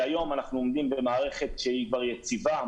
היום אנחנו מדברים על מערכת שהיא כבר יציבה,